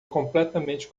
completamente